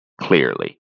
clearly